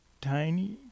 tiny